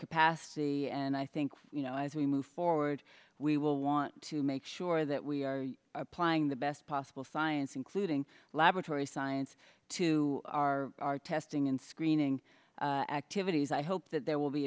capacity and i think you know as we move forward we will want to make sure that we are applying the best possible science including laboratory science to our our testing and screening activities i hope that there will be